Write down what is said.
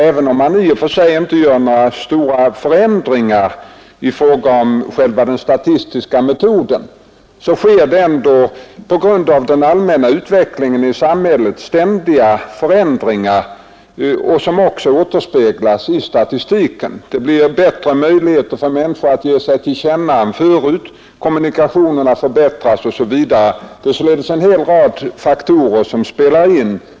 Även om man i och för sig inte gör några stora förändringar i fråga om själva den statistiska metoden, sker det ändå på grund av den allmänna utvecklingen i samhället ständiga förändringar, som också återspeglas i statistiken. Det blir bättre möjligheter för människor att ge sig till känna än förut, kommunikationerna förbättras osv. Det är således en hel rad faktorer för att trygga full sysselsättning som spelar in.